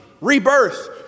Rebirth